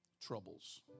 troubles